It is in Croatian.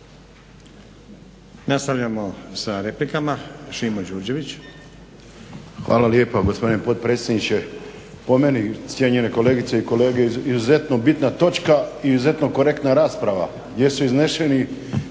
Hvala lijepa gospodine potpredsjedniče. Po meni cijenjene kolegice i kolege izuzetno bitna točka i izuzetno korektna rasprava, gdje su izneseni